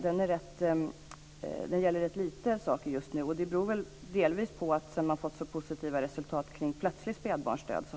Den gäller rätt lite saker just nu, och det beror väl delvis på att frågan fallit undan lite sedan man fått så positiva resultat omkring plötslig spädbarnsdöd.